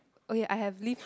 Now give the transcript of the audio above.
okay I have lived